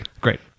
great